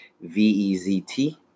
V-E-Z-T